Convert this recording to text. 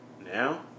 Now